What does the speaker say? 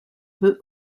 peu